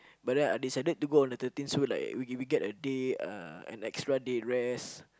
but then I decided to go on the thirteen so like we we get a day uh an extra day rest